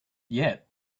yet